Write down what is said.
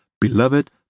beloved